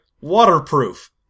waterproof